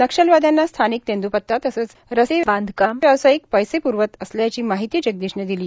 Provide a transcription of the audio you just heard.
नक्षल वादयांना स्थनिक तेंदूपता तसेच रस्ते बांधकाम व्यवसायिक पैसे प्रवत असल्याची माहिती जगदीश ने दिली